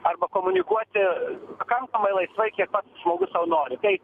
arba komunikuoti pakankamai laisvai kiek pats žmogus sau nori tai